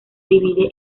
divide